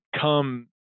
come